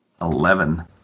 Eleven